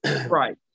right